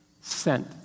sent